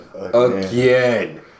again